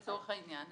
לצורך העניין,